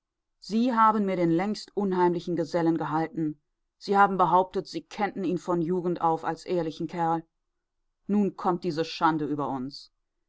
sie haben den mir längst unheimlichen gesellen gehalten sie haben behauptet sie kennten ihn von jugend auf als ehrlichen kerl nun kommt diese schande über uns